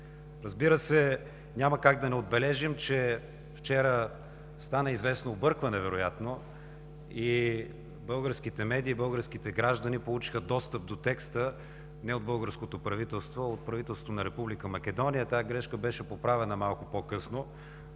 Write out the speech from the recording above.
Разбира се, няма как да не отбележим, че вчера стана известно объркване вероятно, и българските медии, и българските граждани получиха достъп до текста не от българското правителство, а от правителството на Република Македония. Тази грешка беше поправена малко по-късно,